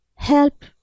help